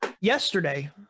Yesterday